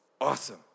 Awesome